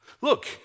look